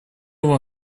вам